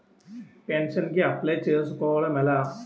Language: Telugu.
పెన్షన్ కి అప్లయ్ చేసుకోవడం ఎలా?